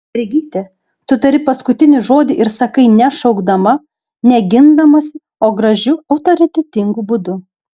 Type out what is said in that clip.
mergyte tu tari paskutinį žodį ir sakai ne šaukdama ne gindamasi o gražiu autoritetingu būdu